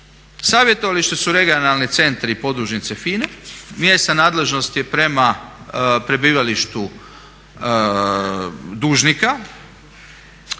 savjetovalište su regionalni centri i podružnice FINA-e, mjesna nadležnost je prema prebivalištu dužnika.